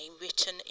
written